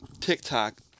TikTok